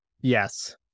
Yes